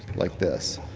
like this.